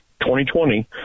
2020